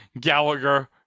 Gallagher